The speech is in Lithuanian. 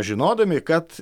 žinodami kad